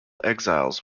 exiles